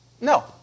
no